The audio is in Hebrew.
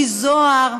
לי זוהר,